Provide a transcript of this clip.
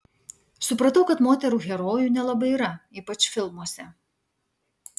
supratau kad moterų herojų nelabai yra ypač filmuose